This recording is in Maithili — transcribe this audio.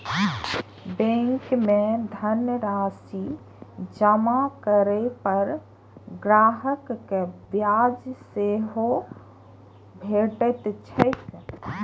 बैंक मे धनराशि जमा करै पर ग्राहक कें ब्याज सेहो भेटैत छैक